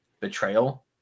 Betrayal